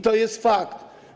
To jest fakt.